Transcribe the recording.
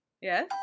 Yes